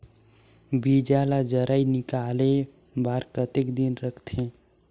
बीजा ला जराई निकाले बार कतेक दिन रखथे?